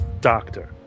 Doctor